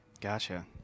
Gotcha